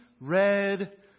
red